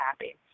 happy